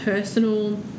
personal